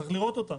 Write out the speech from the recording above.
צריך לראות אותם,